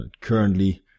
currently